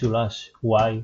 Δ y )